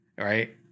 Right